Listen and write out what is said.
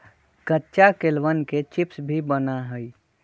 कच्चा केलवन के चिप्स भी बना हई